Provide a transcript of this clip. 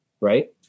Right